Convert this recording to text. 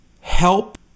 help